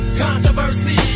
controversy